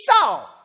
saw